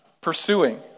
Pursuing